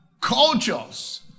cultures